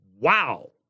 Wow